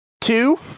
Two